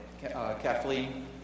Kathleen